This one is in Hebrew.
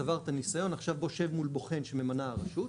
צברת ניסיון עכשיו בוא שב מול בוחן שממנה הרשות,